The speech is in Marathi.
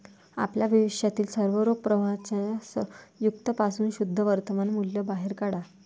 आपल्या भविष्यातील सर्व रोख प्रवाहांच्या संयुक्त पासून शुद्ध वर्तमान मूल्य बाहेर काढा